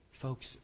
Folks